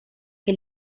che